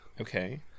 Okay